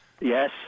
Yes